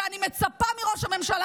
ואני מצפה מראש הממשלה,